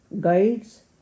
guides